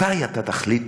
מתי אתה תחליט